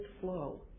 flow